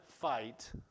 fight